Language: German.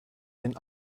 den